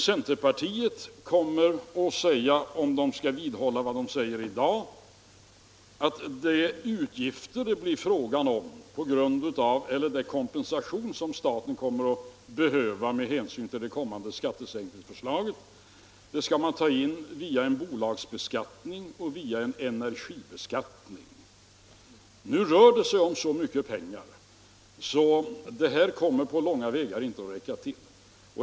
Centerpartiet kommer —- om det vidhåller sin inställning av i dag — att säga att den kompensation som staten kommer att behöva med anledning av den föreslagna kommande skattesänkningen skall tas in via en bolagsbeskattning och via en energibeskattning. Nu rör det sig om så mycket pengar att detta inte på långa vägar kommer att räcka till.